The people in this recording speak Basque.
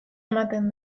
ematen